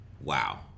wow